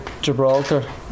Gibraltar